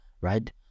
right